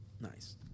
Nice